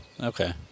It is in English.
Okay